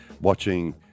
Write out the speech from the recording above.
watching